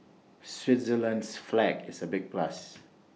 Switzerland's flag is A big plus